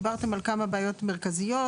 דיברתם על כמה בעיות מרכזיות.